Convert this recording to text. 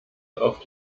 auf